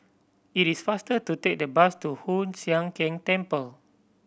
it is faster to take the bus to Hoon Sian Keng Temple